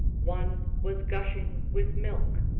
one was gushing with milk,